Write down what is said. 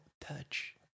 touch